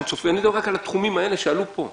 אני מדבר רק על התחומים האלה שעלו פה.